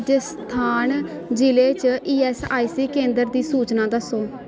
राजस्थान जि'ले च ईऐस्सआईसी केंद्र दी सूचना दस्सो